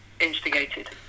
instigated